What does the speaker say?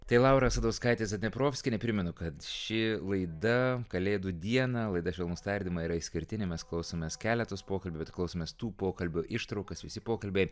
tai laura asadauskaitė zadneprovskienė primenu kad ši laida kalėdų dieną laida švelnūs tardymai yra išskirtinė mes klausomės keletos pokalbių bet klausomės tų pokalbio ištraukas visi pokalbiai